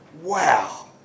Wow